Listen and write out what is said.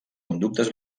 conductes